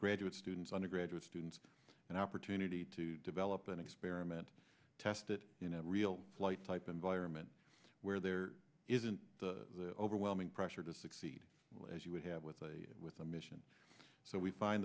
graduate students undergraduate students an opportunity to develop and experiment test it in a real flight type environment where there isn't overwhelming pressure to succeed as you would have with a with a mission so we find